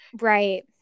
Right